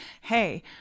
hey